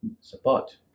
support